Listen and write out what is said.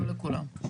לא לכולם.